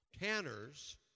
Tanners